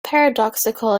paradoxical